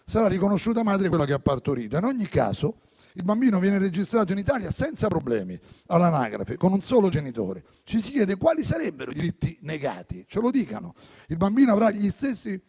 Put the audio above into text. sarà riconosciuta madre quella che ha partorito; in ogni caso il bambino viene registrato in Italia senza problemi all'anagrafe, con un solo genitore. Ci si chiede quali sarebbero i diritti negati: il bambino avrà gli stessi